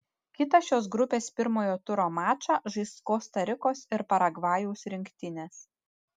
kitą šios grupės pirmojo turo mačą žais kosta rikos ir paragvajaus rinktinės